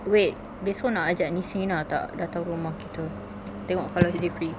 wait besok nak ajak nishreena tak datang rumah kita tengok kalau d~ dia free